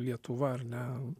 lietuva ar ne